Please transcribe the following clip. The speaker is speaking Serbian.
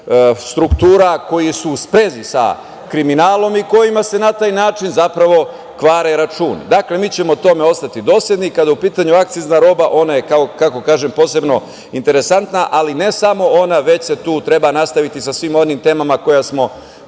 struktura koji su u sprezi sa kriminalnom i kojima se na taj način zapravo kvare računi. Dakle, mi ćemo tome ostati dosledni. Kada je u pitanja akcizna roba, ona je posebno interesantna, ali ne samo ona, već se tu treba nastaviti sa svim onim temama koje smo